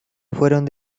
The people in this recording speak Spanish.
fueron